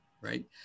Right